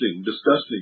disgusting